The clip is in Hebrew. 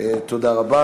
תודה רבה.